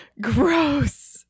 gross